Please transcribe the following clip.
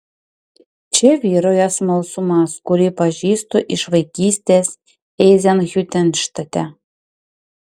čia vyrauja smalsumas kurį pažįstu iš vaikystės eizenhiutenštate